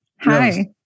Hi